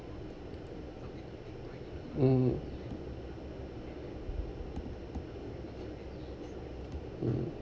mm mm